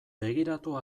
begiratu